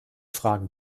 fragen